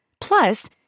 Plus